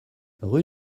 rue